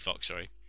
sorry